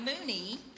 Mooney